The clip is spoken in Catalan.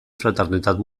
fraternitat